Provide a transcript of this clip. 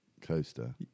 coaster